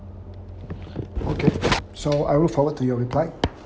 okay so I look forward to your reply